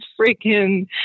freaking